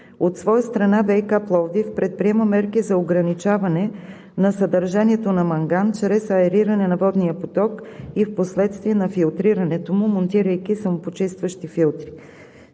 От своя страна ВиК – Пловдив, предприема мерки за ограничаване на съдържанието на манган чрез аериране на водния поток и впоследствие на филтрирането му, монтирайки самопочистващи филтри.